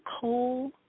coal